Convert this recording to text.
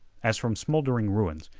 as from smoldering ruins,